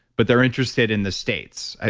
but they're interested in the states.